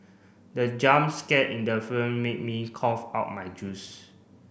the jump scare in the film made me cough out my juice